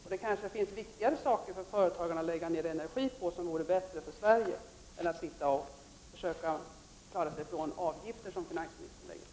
Det finns kanske uppgifter som det är viktigare för företagen att lägga ned energi på och som vore angelägnare för Sverige än att de skall klara sig från avgifter som finansministern vill ta ut.